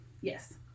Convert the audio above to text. yes